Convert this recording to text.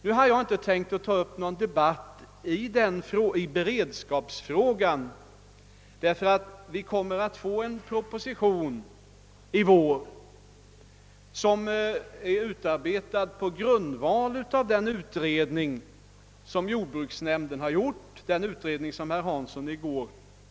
Nu har jag inte tänkt ta upp någon debatt i beredskapsfrågan, eftersom vi i vår kommer att få en proposition som är utarbetad på grundval av den utredning av jordbruksnämnden som herr Hansson nämnde i går.